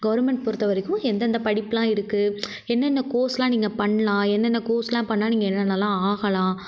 government பொறுத்தவரைக்கும் எந்தெந்த படிப்பெலாம் இருக்குது என்னென்ன கோர்ஸ்யெலாம் நீங்கள் பண்ணலாம் என்னென்ன கோர்ஸ்யெலாம் பண்ணிணா நீங்கள் என்னென்னலாம் ஆகலாம்